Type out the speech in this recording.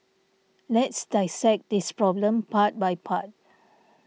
let's dissect this problem part by part